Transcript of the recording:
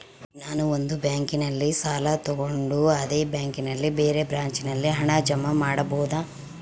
ನಾನು ಒಂದು ಬ್ಯಾಂಕಿನಲ್ಲಿ ಸಾಲ ತಗೊಂಡು ಅದೇ ಬ್ಯಾಂಕಿನ ಬೇರೆ ಬ್ರಾಂಚಿನಲ್ಲಿ ಹಣ ಜಮಾ ಮಾಡಬೋದ?